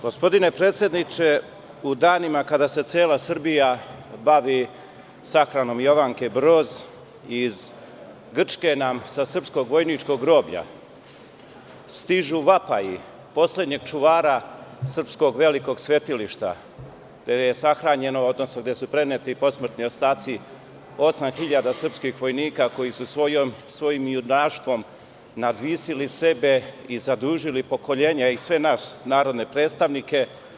Gospodine predsedniče, u danima kada se cela Srbija bavi sahranom Jovanke Broz, iz Grčke nam sa srpskog vojničkog groblja stižu vapaji poslednjeg čuvara srpskog velikog svetilišta, gde su preneti posmrtni ostaci 8.000 srpskih vojnika koji su svojim junaštvom nadvisili sebe i zadužili pokolenja i sve nas narodne predstavnike.